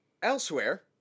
Elsewhere